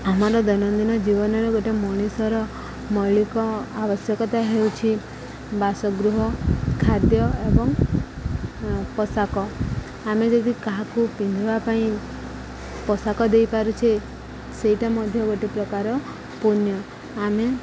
ଆମର ଦୈନନ୍ଦିନ ଜୀବନରେ ଗୋଟେ ମଣିଷର ମୌଳିକ ଆବଶ୍ୟକତା ହେଉଛି ବାସଗୃହ ଖାଦ୍ୟ ଏବଂ ପୋଷାକ ଆମେ ଯଦି କାହାକୁ ପିନ୍ଧିବା ପାଇଁ ପୋଷାକ ଦେଇପାରୁଛେ ସେଇଟା ମଧ୍ୟ ଗୋଟେ ପ୍ରକାର ପୂଣ୍ୟ ଆମେ